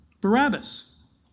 Barabbas